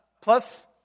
plus